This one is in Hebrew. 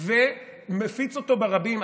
ומפיץ אותו ברבים?